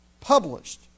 published